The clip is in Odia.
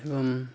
ଏବଂ